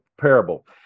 parable